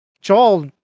Joel